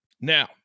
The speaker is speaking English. Now